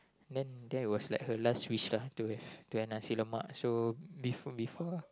then there was like her last wish lah to to have Nasi-Lemak so before before